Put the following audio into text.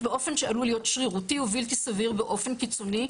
באופן שעלול להיות שרירותי ובלתי סביר באופן קיצוני,